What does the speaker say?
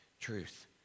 truth